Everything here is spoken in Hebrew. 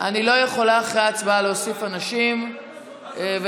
אני לא יכולה להוסיף אנשים אחרי ההצבעה,